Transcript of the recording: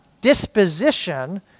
disposition